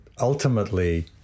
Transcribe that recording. ultimately